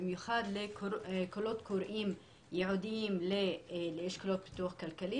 במיוחד לקולות קוראים ייעודיים לאשכולות פיתוח כלכלי,